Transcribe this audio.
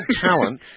talent